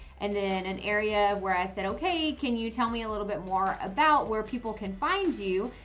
and then an area where i said, okay, can you tell me little bit more about where people can find you.